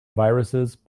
viruses